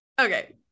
Okay